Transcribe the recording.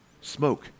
Smoke